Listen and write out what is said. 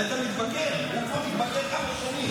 הינה, כמה זמן דיברתי?